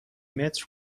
متر